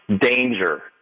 danger